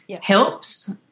helps